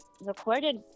recorded